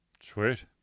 Sweet